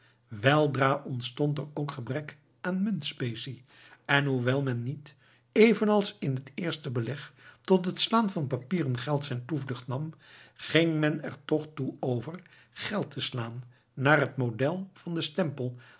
weldra ontstond er ook gebrek aan munt specie en hoewel men niet evenals in het eerste beleg tot het slaan van papieren geld zijne toevlucht nam ging men er toch toe over geld te slaan naar het model van den stempel